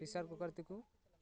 ᱯᱮᱥᱟᱨ ᱠᱩᱠᱟᱨ ᱛᱮᱠᱚ